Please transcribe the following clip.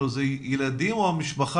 זה ילדים או משפחה?